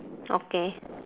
okay